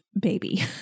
baby